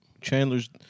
Chandler's